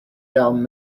down